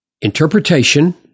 Interpretation